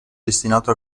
destinato